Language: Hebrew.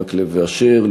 מקלב ואשר,